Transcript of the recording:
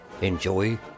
Enjoy